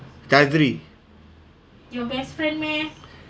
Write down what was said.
chadri